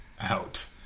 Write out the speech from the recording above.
Out